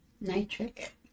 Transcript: Nitric